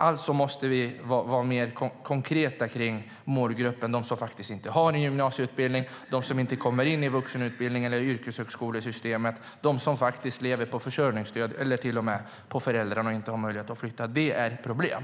Alltså måste vi vara mer konkreta kring målgruppen: de som inte har gymnasieutbildning, de som inte kommer in på vuxenutbildningen eller i yrkeshögskolesystemet och de som lever på försörjningsstöd eller till och med lever på föräldrarna och inte har möjlighet att flytta. Detta är ett problem.